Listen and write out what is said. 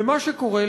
ומה שקורה,